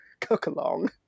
cook-along